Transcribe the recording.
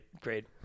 Great